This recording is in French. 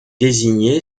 désigné